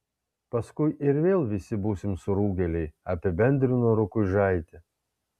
paskui ir vėl visi būsim surūgėliai apibendrino rukuižaitė